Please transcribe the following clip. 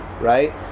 right